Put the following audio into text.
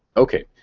ok.